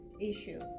issue